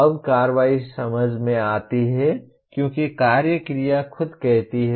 अब कार्रवाई समझ में आती है क्योंकि कार्य क्रिया खुद कहती है